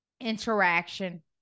interaction